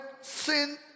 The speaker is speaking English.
sin